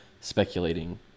speculating